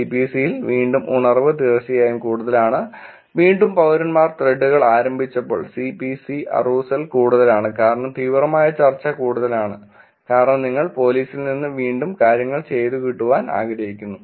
C P C യിൽ വീണ്ടും ഉണർവ് തീർച്ചയായും കൂടുതലാണ് വീണ്ടും പൌരന്മാർ ത്രെഡുകൾ ആരംഭിച്ചപ്പോൾ C P C അറൂസൽ കൂടുതലാണ് കാരണം തീവ്രമായ ചർച്ച കൂടുതലാണ് കാരണം നിങ്ങൾ പോലീസിൽ നിന്ന് വീണ്ടും കാര്യങ്ങൾ ചെയ്തു കിട്ടാൻ ആഗ്രഹിക്കുന്നു